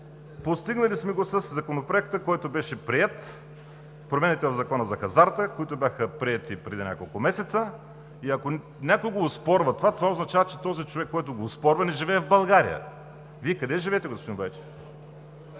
Постигнали сме го със Законопроекта, който беше приет. Той беше за промените в Закона за хазарта и беше приет преди няколко месеца и ако някой оспорва това, това означава, че този човек, който го оспорва не живее в България. Вие къде живеете, господин Байчев?